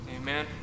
Amen